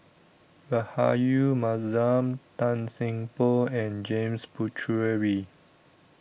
Rahayu Mahzam Tan Seng Poh and James Puthucheary